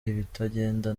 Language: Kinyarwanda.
ibitagenda